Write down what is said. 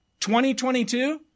2022